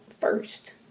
first